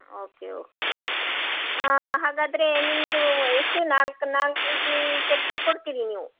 okay okay okay ಹಾಗಾದರೆ ನಿಮ್ಮದು ಎಷ್ಟು ನಾಲ್ಕು ನಾಲ್ಕು ರೀತಿ ಚಟ್ನಿ ಕೊಡ್ತೀರಿ ನೀವು